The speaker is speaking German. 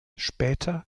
später